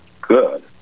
good